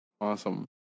Awesome